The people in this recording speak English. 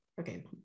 okay